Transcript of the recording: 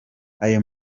ayo